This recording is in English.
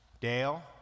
Dale